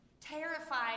terrified